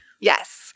Yes